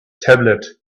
tablet